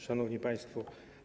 Szanowni Państwo!